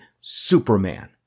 superman